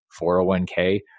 401k